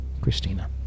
Christina